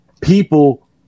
people